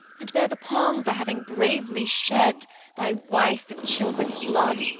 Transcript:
and bear the palm for having bravely shed thy wife and children's blood.